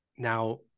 Now